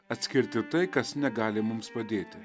atskirti tai kas negali mums padėti